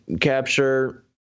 capture